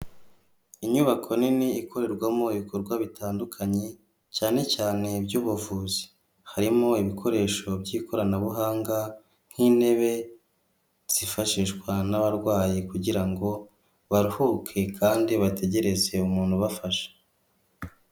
Inyubako nini ikorerwamo ibikorwa bitandukanye cyane cyane iby'ubuvuzi, harimo ibikoresho by'ikoranabuhanga nk'intebe zifashishwa n'abarwayi kugira ngo baruhuke kandi bategereze umuntu ubafasha.